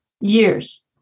years